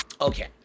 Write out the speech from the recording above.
Okay